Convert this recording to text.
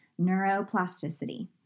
neuroplasticity